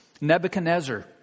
Nebuchadnezzar